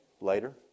later